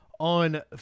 on